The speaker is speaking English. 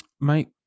Mate